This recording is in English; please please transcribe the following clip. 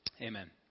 Amen